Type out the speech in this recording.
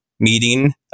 meeting